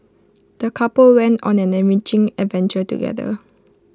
the couple went on an enriching adventure together